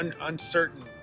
uncertain